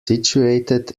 situated